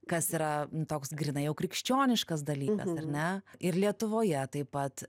kas yra toks grynai jau krikščioniškas dalykas ar ne ir lietuvoje taip pat